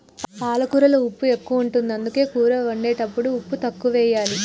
పాలకూరలో ఉప్పు ఎక్కువ ఉంటది, అందుకే కూర వండేటప్పుడు ఉప్పు తక్కువెయ్యాలి